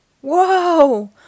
Whoa